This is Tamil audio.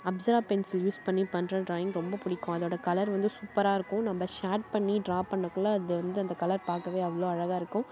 அப்ஸரா பென்சில் யூஸ் பண்ணி பண்ணுற டிராயிங் ரொம்ப பிடிக்கும் அதோட கலர் வந்து சூப்பராக இருக்கும் நம்ப ஷேட் பண்ணி டிரா பண்ணக்குள்ளே அது வந்து அந்த கலர் பார்க்கவே அவ்வளோ அழகாக இருக்கும்